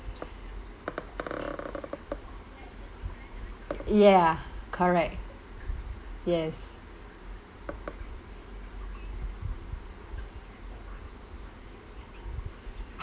yeah correct yes